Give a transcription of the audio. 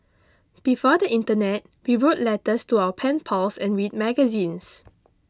before the Internet we wrote letters to our pen pals and read magazines